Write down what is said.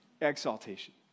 exaltation